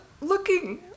looking